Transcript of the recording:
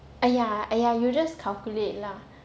!aiya! !aiya! you just calculate lah